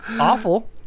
awful